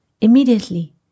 immediately